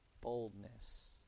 boldness